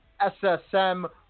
SSM